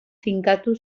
finkatu